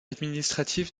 administratif